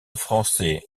français